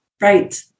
Right